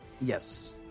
Yes